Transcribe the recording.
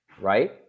right